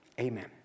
amen